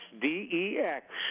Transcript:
D-E-X